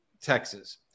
Texas